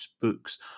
books